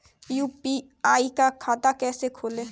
UPI का खाता कैसे खोलें?